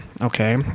okay